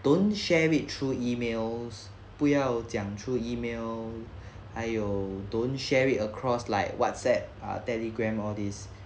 don't share it through emails 不要讲出 email 还有 don't share it across like Whatsapp or Telegram all this